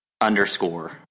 underscore